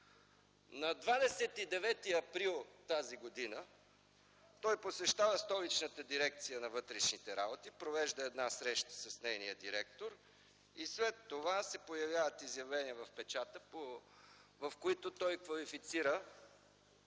На 29 април т.г. той посещава Столична дирекция на вътрешните работи, провежда една среща с нейния директор и след това се появяват изявления в печата, в които той квалифицира